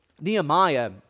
Nehemiah